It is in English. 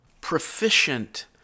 proficient